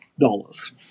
dollars